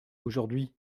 aujourd’hui